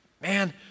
Man